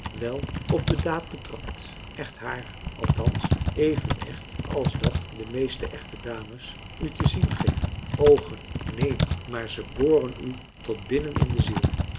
wel op de daad betrapt echt haar althans even echt als dat de meeste echte dames u te zien geven oogen neen maar ze boren u tot binnen in de ziel